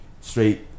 straight